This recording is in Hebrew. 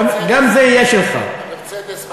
גם זה יהיה שלך, גם ה"מרצדס", ה"מרצדס".